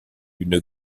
une